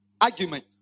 argument